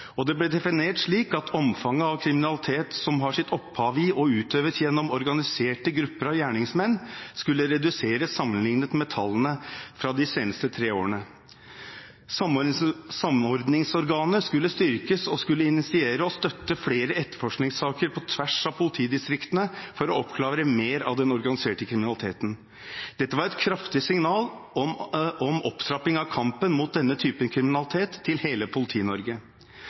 som har sitt opphav i og utøves gjennom organiserte grupper av gjerningsmenn, skulle reduseres sammenliknet med tallene fra de seneste tre årene. Samordningsorganet skulle styrkes og skulle initiere og støtte flere etterforskningssaker på tvers av politidistriktene for å oppklare mer av den organiserte kriminaliteten. Dette var et kraftig signal om opptrapping av kampen mot denne typen kriminalitet til hele